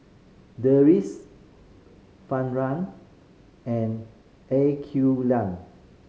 Deris Zafran and Aqeelah